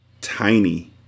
tiny